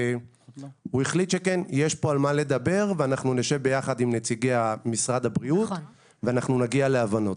לדבר ואנחנו נשב יחד עם נציגי משרד הבריאות ונגיע להבנות.